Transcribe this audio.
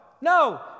No